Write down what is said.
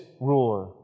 ruler